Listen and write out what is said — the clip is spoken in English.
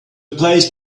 play